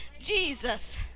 Jesus